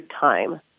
time